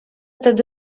tedy